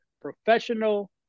professional